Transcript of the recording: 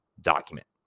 document